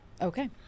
Okay